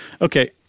Okay